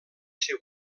ser